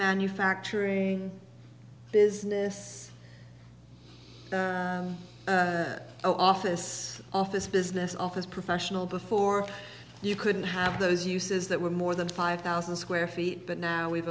manufacturing business office office business office professional before you couldn't have those uses that were more than five thousand square feet but now we've